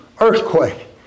earthquake